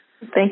Thank